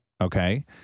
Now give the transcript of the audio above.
Okay